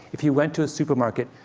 if you went to a supermarket,